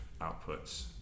outputs